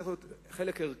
צריך להיות חלק ערכי,